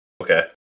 Okay